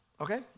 Okay